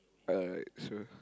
alright so